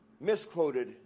misquoted